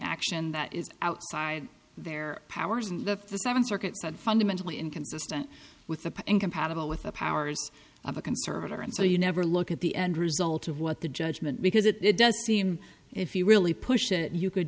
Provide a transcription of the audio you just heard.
action that is outside their powers and that the seventh circuit said fundamentally inconsistent with the incompatible with the powers of a conservator and so you never look at the end result of what the judgment because it does seem if you really push it you could